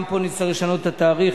גם פה נצטרך לשנות את התאריך,